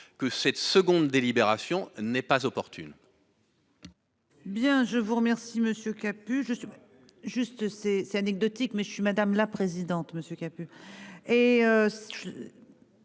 que cette seconde délibération n'est pas opportune.